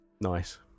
Nice